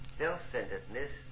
self-centeredness